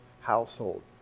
household